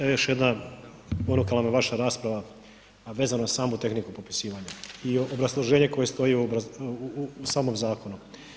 Evo još jedna ponukala me vaša rasprava, a vezano uz samu tehniku popisivanja i obrazloženje koje stoji u samom zakonu.